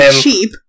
cheap